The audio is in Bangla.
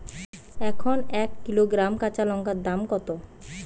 এখন এক কিলোগ্রাম কাঁচা লঙ্কার দাম কত?